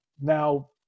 Now